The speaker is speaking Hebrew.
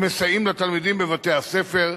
הם מסייעים לתלמידים בבתי-הספר,